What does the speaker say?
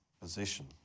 position